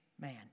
man